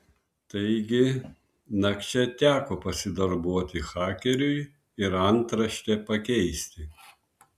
taigi nakčia teko pasidarbuoti hakeriui ir antraštę pakeisti